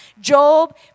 Job